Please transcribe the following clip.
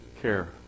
care